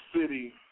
City